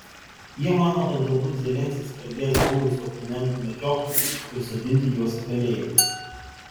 jie mano kad galbūt zelenskis pradės buvusių oponentų medžioklę ir sodinti juos į kalėjimą